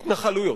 התנחלויות.